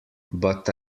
but